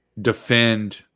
defend